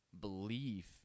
belief